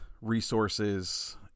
resources